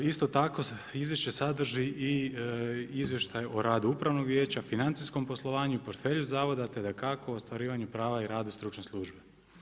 Isto tako izvješće sadrži i izvještaj o radu upravnog vijeća, financijskom poslovanju, portfelju zavoda, te dakako u ostvarivanju prava i rada stručne službe.